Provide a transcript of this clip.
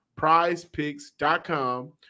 prizepicks.com